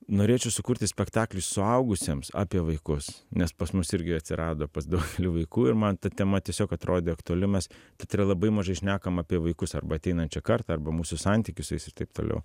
norėčiau sukurti spektaklį suaugusiems apie vaikus nes pas mus irgi atsirado pas daugelį vaikų ir man ta tema tiesiog atrodė aktuali mes kad yra labai mažai šnekama apie vaikus arba ateinančią kartą arba mūsų santykius su jais ir taip toliau